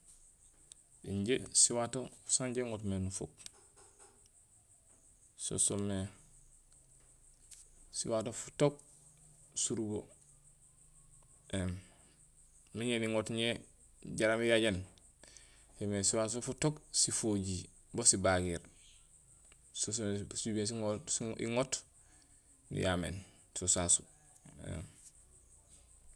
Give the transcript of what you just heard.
Injé siwaato sanja iŋootmé nufuk so soomé siwaato futook surubo éém miin ñé niŋoot jaraam iyajéén yoomé siwaato futook sifoji bo sibagiir. So soomé sibeen iŋoot niyaméém. So sasu éém.